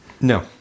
No